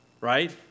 right